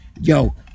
yo